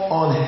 on